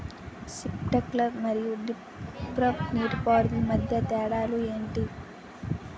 Sprinkler మరియు drip నీటిపారుదల మధ్య తేడాలు ఏంటి?